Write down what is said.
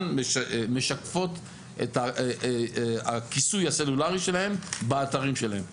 משקפות את הכיסוי הסלולרי שלהן באתרים שלהן.